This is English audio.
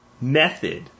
method